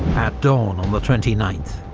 at dawn on the twenty ninth,